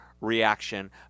reaction